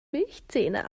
milchzähne